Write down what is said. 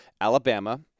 Alabama